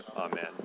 Amen